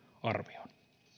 arvioon